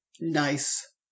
Nice